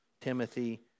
Timothy